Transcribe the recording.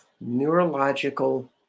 neurological